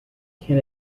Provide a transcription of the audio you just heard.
can